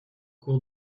cours